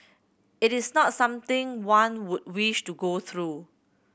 it is not something one would wish to go through